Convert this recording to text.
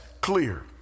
clear